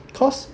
cause